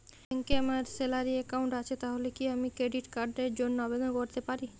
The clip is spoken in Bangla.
ব্যাংকে আমার স্যালারি অ্যাকাউন্ট আছে তাহলে কি আমি ক্রেডিট কার্ড র জন্য আবেদন করতে পারি?